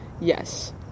Yes